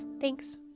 Thanks